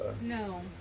No